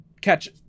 catch